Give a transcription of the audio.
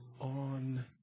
on